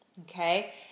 okay